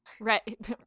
Right